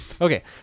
Okay